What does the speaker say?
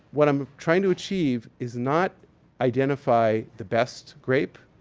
what i'm trying to achieve is not identify the best grape.